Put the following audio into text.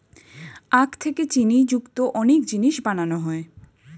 আখ থেকে চিনি যুক্ত অনেক জিনিস বানানো হয়